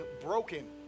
broken